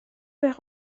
père